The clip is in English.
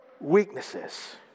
weaknesses